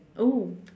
oh